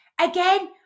again